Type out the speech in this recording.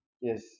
yes